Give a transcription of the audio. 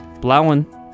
blowing